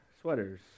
sweaters